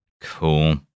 Cool